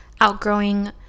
outgrowing